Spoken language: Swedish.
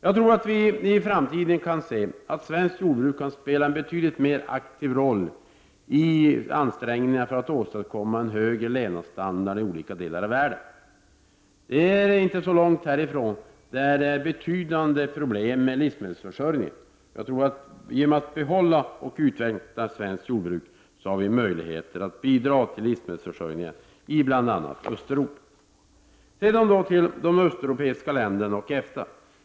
Jag tror att vi i framtiden kan se att svenskt jordbruk kan spela en betydligt mer aktiv roll i ansträngningarna för att åstadkomma en högre levnadsstandard i olika delar av världen. Inte långt härifrån har människorna betydande problem med livsmedelsförsörjningen. Jag tror att vi genom att behålla och utveckla svenskt jordbruk har möjlighet att bidra till livsmedelsförsörjningen i bl.a. Östeuropa. Sedan till de östeuropeiska länderna och EFTA.